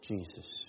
Jesus